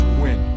win